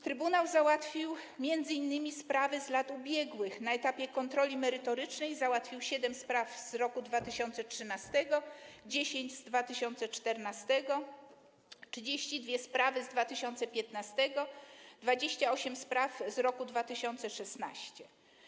Trybunał załatwił m.in. sprawy z lat ubiegłych: na etapie kontroli merytorycznej załatwił 7 spraw z roku 2013, 10 spraw z roku 2014, 32 sprawy z roku 2015, 28 spraw z roku 2016.